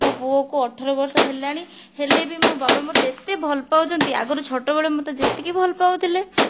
ମୋ' ପୁଅକୁ ଅଠର ବର୍ଷ ହେଲାଣି ହେଲେ ବି ମୋ' ବାବା ମତେ ଏତେ ଭଲପାଉଛନ୍ତି ଆଗରୁ ଛୋଟବେଳେ ମୋତେ ଯେତିକି ଭଲପାଉଥିଲେ